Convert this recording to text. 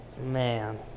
man